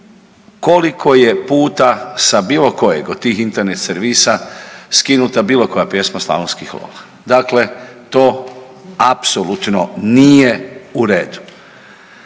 koliko je puta sa bilo kojeg od tih Internet servisa skinuta bilo koja pjesma Slavonskih Lola. Dakle, to apsolutno nije u redu.